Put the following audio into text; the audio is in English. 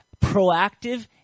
proactive